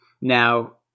now